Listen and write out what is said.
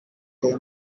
their